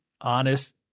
honest